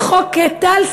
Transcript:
את חוק טל,